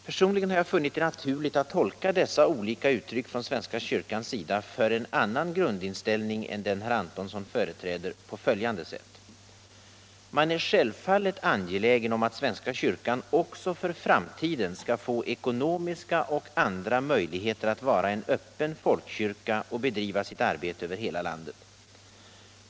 Personligen har jag funnit det naturligt att tolka dessa olika uttryck från svenska kyrkans sida för en annan grundinställning än den herr Antonsson företräder på följande sätt. Man är självfallet angelägen om att svenska kyrkan också för framtiden skall få ekonomiska och andra möjligheter att vara en öppen folkkyrka och bedriva sitt arbete över hela landet.